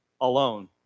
alone